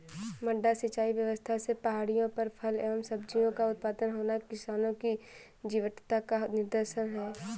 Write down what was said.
मड्डा सिंचाई व्यवस्था से पहाड़ियों पर फल एवं सब्जियों का उत्पादन होना किसानों की जीवटता का निदर्शन है